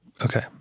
Okay